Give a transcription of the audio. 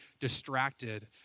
distracted